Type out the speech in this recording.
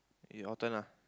your turn lah